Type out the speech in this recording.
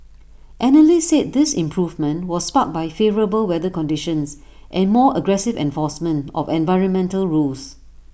analysts said this improvement was sparked by favourable weather conditions and more aggressive enforcement of environmental rules